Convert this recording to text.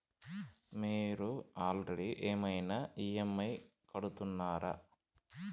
మీరు ఆల్రెడీ ఏమైనా ఈ.ఎమ్.ఐ కడుతున్నారా?